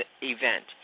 event